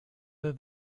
are